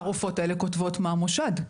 הרופאות האלה כותבות ממו שד.